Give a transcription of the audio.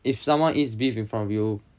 if someone eats beef in front of you